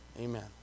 Amen